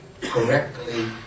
correctly